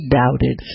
doubted